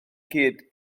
gyd